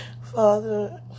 father